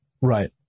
Right